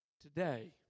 today